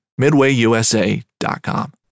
MidwayUSA.com